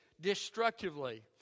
destructively